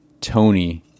Tony